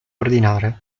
ordinare